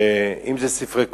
אם זה ספרי קודש,